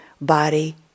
body